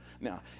Now